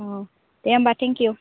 अ दे होमब्ला thank U